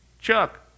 Chuck